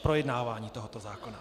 Projednávání tohoto zákona.